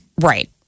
Right